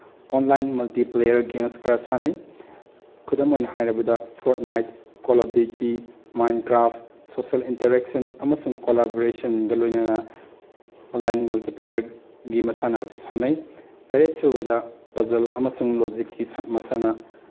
online multi player games ꯈꯔ ꯁꯥꯟꯅꯩ ꯈꯨꯗꯝ ꯑꯣꯏꯅ ꯍꯥꯏꯔꯕꯗ Fortnite call of duty Minecraft social interaction ꯑꯃꯁꯨꯡ ꯀꯣꯂꯥꯕꯔꯦꯁꯟꯒ ꯂꯣꯏꯅꯅ ꯑꯣꯟꯂꯥꯏꯟ ꯃꯜꯇꯤ ꯄ꯭ꯂꯦꯌꯔꯒꯤ ꯃꯁꯥꯟꯅ ꯑꯁꯤ ꯁꯥꯟꯅꯩ ꯇꯔꯦꯠꯁꯨꯕꯗ ꯄꯖꯜ ꯑꯃꯁꯨꯡ ꯂꯣꯖꯤꯛꯀꯤ ꯃꯁꯥꯟꯅ